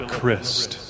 Christ